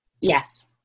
Yes